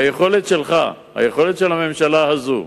היכולת שלך, היכולת של הממשלה הזאת